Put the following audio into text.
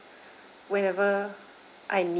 whenever I need